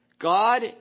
God